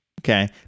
Okay